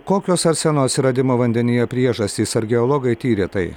kokios arseno atsiradimo vandenyje priežastys ar geologai tyrė tai